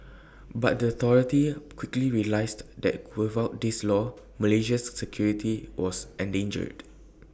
but the authorities quickly realised that without this law Malaysia's security was endangered